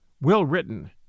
well-written